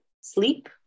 sleep